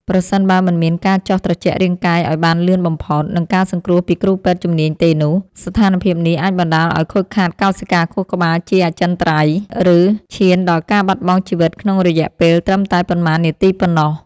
ប្រសិនបើមិនមានការចុះត្រជាក់រាងកាយឱ្យបានលឿនបំផុត និងការសង្គ្រោះពីគ្រូពេទ្យជំនាញទេនោះ ស្ថានភាពនេះអាចបណ្តាលឱ្យខូចខាតកោសិកាខួរក្បាលជាអចិន្ត្រៃយ៍ ឬឈានដល់ការបាត់បង់ជីវិតក្នុងរយៈពេលត្រឹមតែប៉ុន្មាននាទីប៉ុណ្ណោះ។